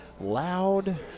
loud